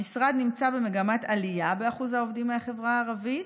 המשרד נמצא במגמת עלייה באחוז העובדים מהחברה הערבית,